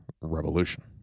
Revolution